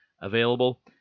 available